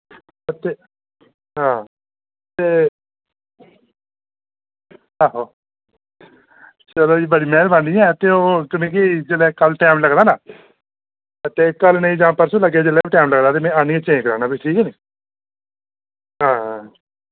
ते हां ते आहो चलो जी बड़ी मेह्रबानी ऐ ते ओह् मिगी जेल्लै कल टाइम लगदा ना ते कल नेईं जां परसूं लग्गेआ जेल्लै बी टैम लगदा ते में आह्वियै चेंज़ कराना फ्ही ठीक ऐ नी हां